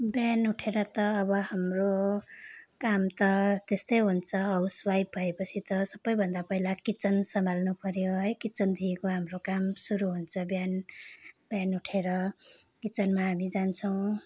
बिहान उठेर त अब हाम्रो काम त त्यस्तै हुन्छ हाउसवाइफ भएपछि त सबैभन्दा पहिला किचन सम्हाल्नुपर्यो है किचनदेखिको हाम्रो काम सुरु हुन्छ बिहान बिहान उठेर किचनमा हामी जान्छौँ